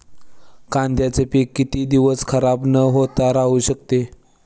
कांद्याचे पीक किती दिवस खराब न होता राहू शकते?